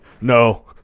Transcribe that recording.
No